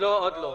עוד לא.